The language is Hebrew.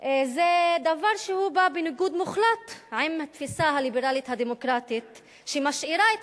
זה דבר שבא בניגוד מוחלט לתפיסה הליברלית הדמוקרטית שמשאירה את